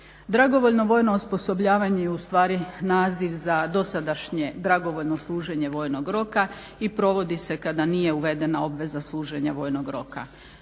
Dragovoljno vojno osposobljavanje je ustvari naziv za dosadašnje dragovoljno služenje vojnog roka i provodi se kada nije uvedena obveza služenja vojnog roka.